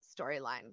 storyline